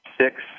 six